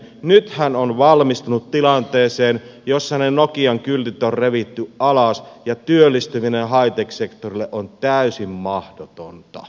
nyt hän on valmistunut tilanteeseen jossa ne nokian kyltit on revitty alas ja työllistyminen high tech sektorille on täysin mahdotonta